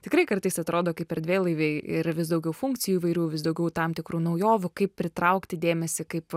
tikrai kartais atrodo kaip erdvėlaiviai ir vis daugiau funkcijų įvairių vis daugiau tam tikrų naujovių kaip pritraukti dėmesį kaip